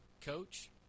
coach